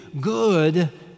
good